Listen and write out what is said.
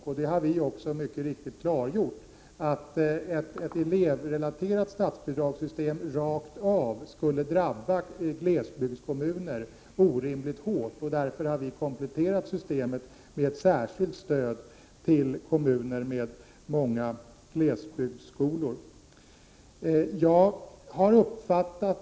Vi har också klargjort att ett elevrelaterat statsbidragssystem rakt av skulle drabba glesbygdskommuner orimligt hårt. Därför har vi kompletterat systemet med ett särskilt stöd till kommuner med många glesbygdsskolor.